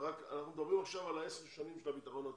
אנחנו מדברים עכשיו על עשר השנים של הביטחון התעסוקתי.